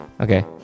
Okay